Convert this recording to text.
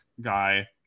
guy